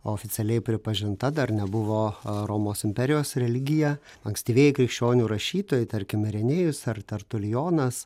oficialiai pripažinta dar nebuvo romos imperijos religija ankstyvieji krikščionių rašytojai tarkim renėjus ar tartulijonas